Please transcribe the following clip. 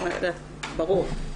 ברור.